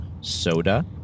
Soda